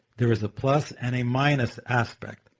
there is a plus and a minus aspect.